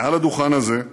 מעל הדוכן הזה,